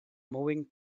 moving